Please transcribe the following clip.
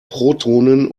protonen